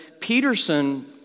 Peterson